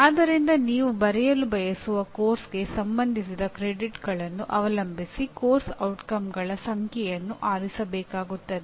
ಆದ್ದರಿಂದ ನೀವು ಬರೆಯಲು ಬಯಸುವ ಪಠ್ಯಕ್ರಮಕ್ಕೆ ಸಂಬಂಧಿಸಿದ ಕ್ರೆಡಿಟ್ಗಳನ್ನು ಅವಲಂಬಿಸಿ ಪಠ್ಯಕ್ರಮದ ಪರಿಣಾಮಗಳ ಸಂಖ್ಯೆಯನ್ನು ಆರಿಸಬೇಕಾಗುತ್ತದೆ